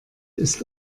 ist